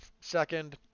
second